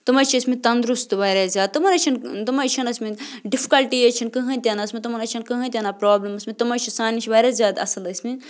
تِم حظ چھِ ٲسۍمٕتۍ تنٛدرُست واریاہ زیادٕ تِمَن حظ چھِنہٕ تِمَن حظ چھِنہٕ ٲسۍمٕتۍ ڈِفکَلٹیٖز چھِنہٕ کٕہیٖنۍ تہِ نہٕ ٲسۍمٕتۍ تِمَن حظ چھِنہٕ کٕہیٖنۍ تہِ نَہ پرٛابلِم ٲسۍمٕتۍ تِم حظ چھِ سانہِ نِش واریاہ زیادٕ اَصل ٲسۍمٕتۍ